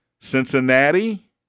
Cincinnati